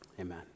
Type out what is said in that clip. Amen